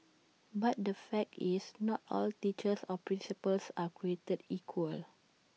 but the fact is not all teachers or principals are created equal